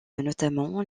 notamment